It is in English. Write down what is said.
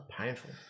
Painful